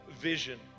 vision